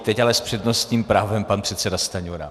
Teď ale s přednostním právem pan předseda Stanjura.